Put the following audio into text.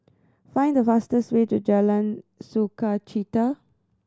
find the fastest way to Jalan Sukachita